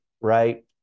right